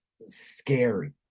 scary